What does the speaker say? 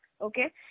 okay